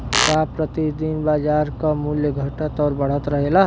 का प्रति दिन बाजार क मूल्य घटत और बढ़त रहेला?